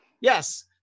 Yes